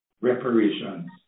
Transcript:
reparations